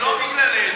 לא בגללנו.